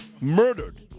murdered